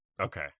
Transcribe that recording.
Okay